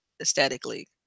aesthetically